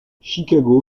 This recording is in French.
chicago